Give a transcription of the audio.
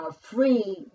free